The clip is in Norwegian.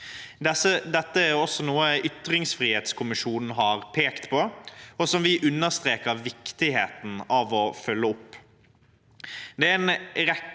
Dette er også noe som ytringsfrihetskommisjonen har pekt på, og som vi understreker viktigheten av å følge opp. Det er en rekke